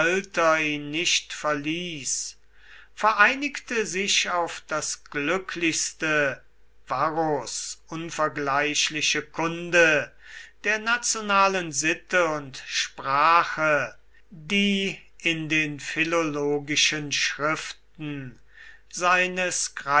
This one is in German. nicht verließ vereinigte sich auf das glücklichste varros unvergleichliche kunde der nationalen sitte und sprache die in den philologischen schriften seines